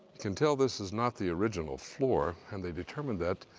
can tell this is not the original floor and they determined that.